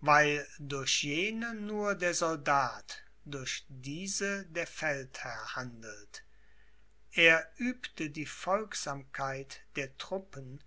weil durch jene nur der soldat durch diese der feldherr handelt er übte die folgsamkeit der truppen